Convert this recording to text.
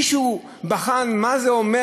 מישהו בחן מה זה אומר,